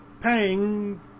paying